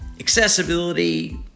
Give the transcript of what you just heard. accessibility